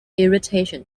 irritation